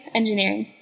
engineering